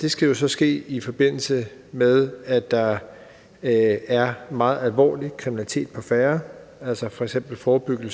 det skal så ske, i forbindelse med at der er meget alvorlig kriminalitet på færde, og det skal f.eks. forebygge